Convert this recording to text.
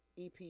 EP